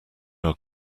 are